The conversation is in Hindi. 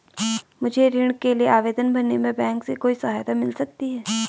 मुझे ऋण के लिए आवेदन भरने में बैंक से कोई सहायता मिल सकती है?